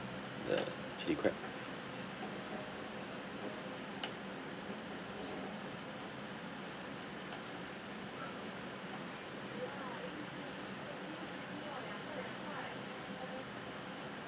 the chilli crab